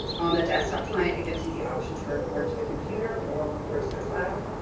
on the desktop client, it gives you the option to record to the computer or record to the cloud.